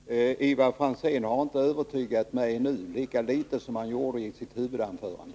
Herr talman! Ivar Franzén har inte övertygat mig nu, lika litet som han gjorde i sitt huvudanförande.